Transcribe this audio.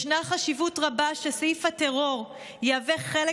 ישנה חשיבות רבה שסעיף הטרור יהווה חלק